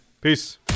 Peace